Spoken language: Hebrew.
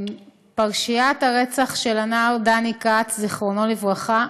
פרשת הרצח של הנער דני כץ, זיכרונו לברכה,